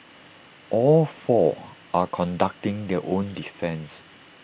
all four are conducting their own defence